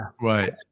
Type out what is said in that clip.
right